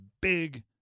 big